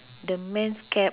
the man's cap